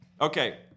Okay